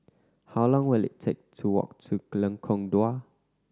how long will it take to walk to Lengkong Dua